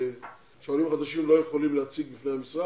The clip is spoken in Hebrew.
עולים חדשים לא יכולים להציג בפני המשרד,